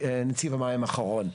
נציב המים האחרון,